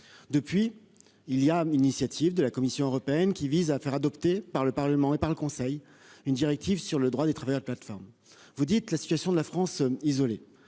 Depuis, il y a eu l'initiative de la Commission européenne visant à faire adopter par le Parlement et par le Conseil une directive sur le droit des travailleurs de plateforme. Vous dites que la France est isolée